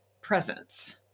presence